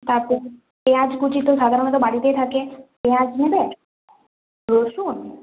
তারপর পেঁয়াজ কুচি তো সাধারণত বাড়িতেই থাকে পেঁয়াজ নেবে রসুন